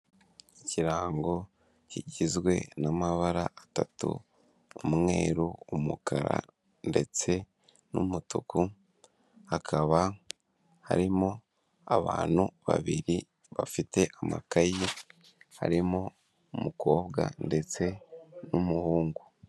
Ikirango kigizwe n'amabara atatu, umweru, umukara ndetse n'umutuku, hakaba harimo abantu babiri bafite amakayi, harimo umukobwa ndetse n'umuhungu.